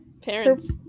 parents